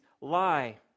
lie